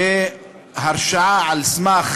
בהרשעה על סמך